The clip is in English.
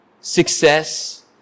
success